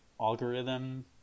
algorithm